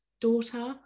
daughter